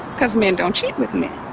cause men don't cheat with men,